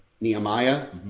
Nehemiah